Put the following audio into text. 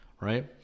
right